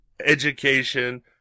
education